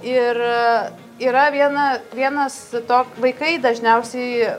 ir yra viena vienas tok vaikai dažniausiai